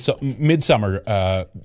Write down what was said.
Midsummer